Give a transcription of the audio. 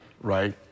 right